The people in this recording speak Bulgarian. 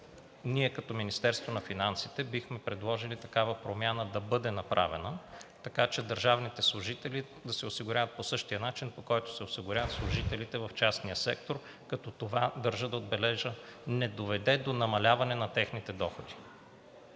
ние като Министерство на финансите бихме предложили такава промяна да бъде направена, така че държавните служители да се осигуряват по същия начин, по който се осигуряват служителите в частния сектор, като това, държа да отбележа, не доведе до намаляване на техните доходи.